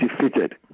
defeated